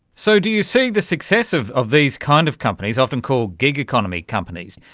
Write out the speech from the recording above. so do you see the success of of these kind of companies, often called gig economy companies,